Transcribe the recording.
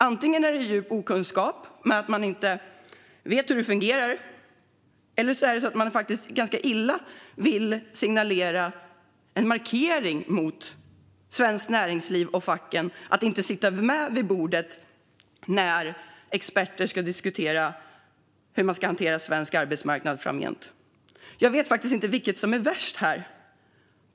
Antingen är det en djup okunskap om hur det fungerar, eller är det så illa att det är en medveten signal som ministern vill sända till arbetsmarknadens parter som en markering om att Svenskt Näringsliv och facken inte ska sitta med vid bordet när experter ska diskutera hur man ska hantera svensk arbetsmarknad framgent? Jag vet faktiskt inte vilket som är värst.